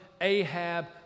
Ahab